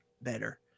better